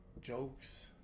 jokes